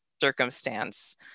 circumstance